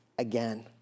again